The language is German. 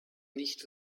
nicht